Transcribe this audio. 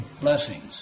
blessings